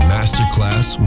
Masterclass